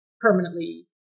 permanently